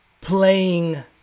playing